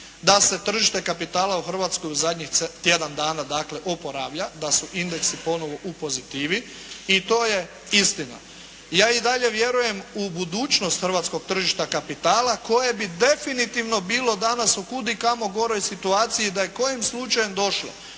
da se tržište kapitala u Hrvatskoj u zadnjih tjedan dana oporavlja, da su indeksi ponovo u pozitivi. I to je istina. Ja i dalje vjerujem u budućnost hrvatskog tržišta kapitala koje bi definitivno bilo danas u kudikamo goroj situaciji da je kojim slučajem došlo